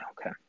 okay